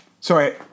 Sorry